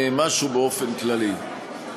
משהו באופן כללי.